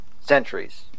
centuries